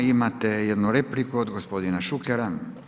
Imate jednu repliku od gospodina Šukera.